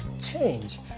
change